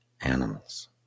animals